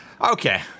Okay